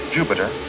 Jupiter